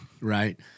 right